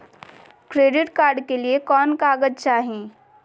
Credit card के लिए कौन कागज चाही?